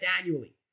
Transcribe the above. annually